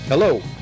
Hello